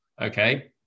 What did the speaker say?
Okay